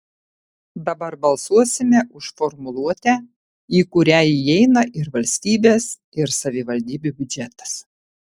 dabar balsuosime už formuluotę į kurią įeina ir valstybės ir savivaldybių biudžetas